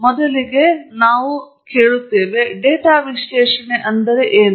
ಮೊದಲಿಗೆ ನಾವು ಕೇಳಬೇಕಾಗಿದೆ ಡೇಟಾ ವಿಶ್ಲೇಷಣೆ ಏನು